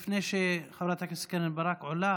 לפני שחברת הכנסת קרן ברק עולה,